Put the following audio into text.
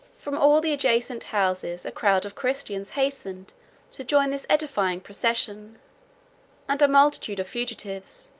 from all the adjacent houses, a crowd of christians hastened to join this edifying procession and a multitude of fugitives,